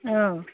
অঁ